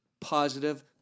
positive